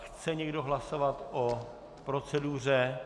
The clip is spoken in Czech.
Chce někdo hlasovat o proceduře?